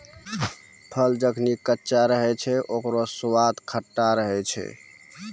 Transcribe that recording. फल जखनि कच्चा रहै छै, ओकरौ स्वाद खट्टा रहै छै